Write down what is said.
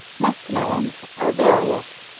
muskmelons, are various,